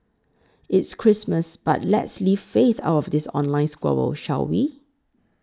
it's Christmas but let's leave faith out of this online squabble shall we